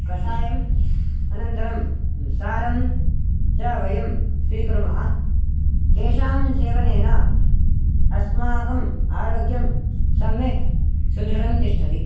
कषायम् अनन्तरं सारं च वयं स्वीकुर्मः तेषां सेवनेन अस्माकम् आरोग्यं सम्यक् सुदृढं तिष्ठति